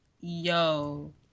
yo